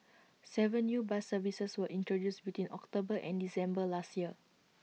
Seven new bus services were introduced between October and December last year